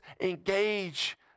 engage